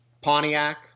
Pontiac